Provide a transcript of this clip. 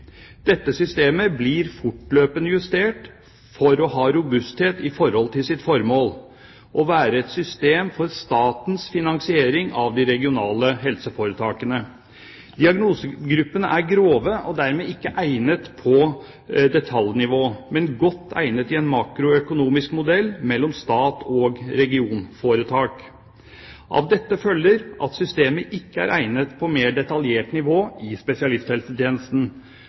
Dette systemet blir fortløpende justert for å ha robusthet med tanke på sitt formål, nemlig å være et system for statens finansiering av de regionale helseforetakene. Diagnosegruppene er grove og dermed ikke egnet på detaljnivå, men de er godt egnet i en makroøkonomisk modell mellom stat og regionforetak. Av dette følger at systemet ikke er egnet på mer detaljert nivå i spesialisthelsetjenesten,